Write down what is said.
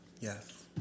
Yes